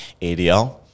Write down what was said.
ADL